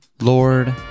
Lord